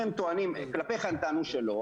כלפיך הם טענו שלא,